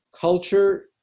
Culture